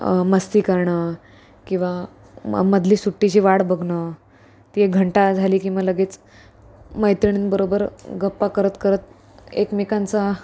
मस्ती करणं किंवा म मधली सुट्टीची वाट बघणं ती घंटा झाली की मग लगेच मैत्रिणींबरोबर गप्पा करत करत एकमेकांचा